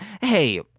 hey